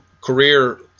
career